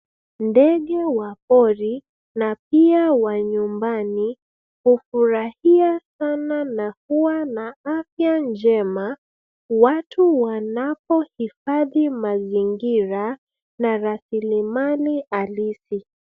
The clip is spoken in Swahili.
Ndege wa pori na pia wa nyumbani hufurahia sana na huwa na afya njema. Watu wanapohifadhi mazingira na rasilimali halisi.